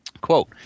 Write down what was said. Quote